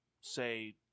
say